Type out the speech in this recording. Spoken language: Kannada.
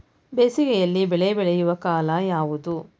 ಬೇಸಿಗೆ ಯಲ್ಲಿ ಬೆಳೆ ಬೆಳೆಯುವ ಕಾಲ ಯಾವುದು?